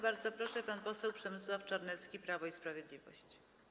Bardzo proszę, pan poseł Przemysław Czarnecki, Prawo i Sprawiedliwość.